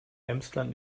emsland